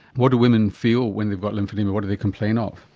what do women feel when they've got lymphoedema? what do they complain of?